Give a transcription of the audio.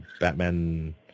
Batman